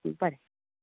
बरें